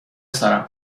سرم